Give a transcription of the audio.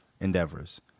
endeavors